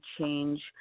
change